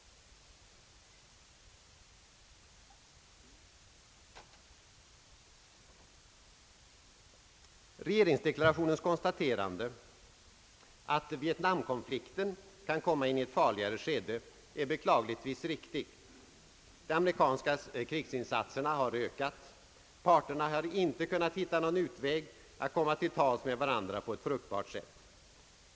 Regeringsdeklarationens konstaterande att vietnamkonflikten kan komma in i ett farligt läge är beklagligtvis riktig. De amerikanska krigsinsatserna har ökat. Parterna har inte kunnat hitta någon utväg att komma till tals med varandra på ett fruktbart sätt.